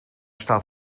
staat